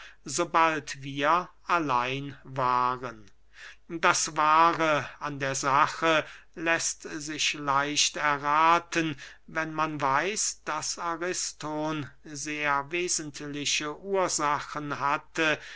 sobald wir allein waren das wahre an der sache läßt sich leicht errathen wenn man weiß daß ariston sehr wesentliche ursachen hatte